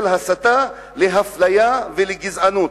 הסתה לאפליה ולגזענות,